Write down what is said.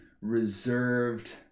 reserved